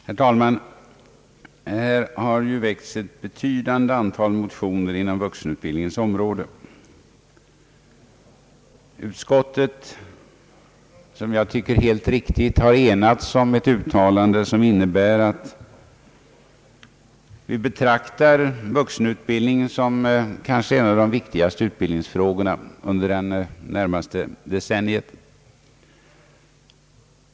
Herr talman! Det har väckts ett betydande antal motioner rörande vuxenutbildningen. Utskottet har — enligt min mening helt riktigt — enats om ett uttalande som innebär att det betraktar vuxenutbildningen som kanske en av de viktigaste utbildningsfrågorna under det närmaste decenniet.